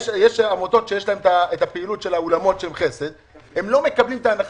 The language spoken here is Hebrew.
יש עמותות שיש להם פעילות של חסד והם לא מקבלים את ההנחה.